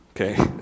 Okay